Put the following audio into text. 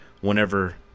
whenever